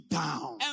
down